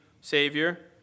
Savior